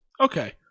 okay